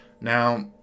Now